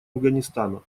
афганистана